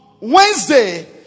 Wednesday